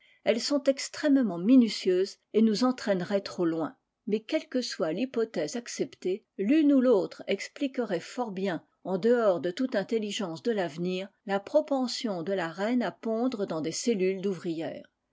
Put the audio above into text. elles sont extrêmement minutieuses et nous entraîneraient trop loin mais quelle que soit l'hypothèse acceptée l'une ou l'autre expliquerait fort bien en dehors de toute iur telligence de l'avenir la propension de la reine à pondre dans des cellules d'ouvrières